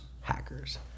Hackers